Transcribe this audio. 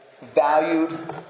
valued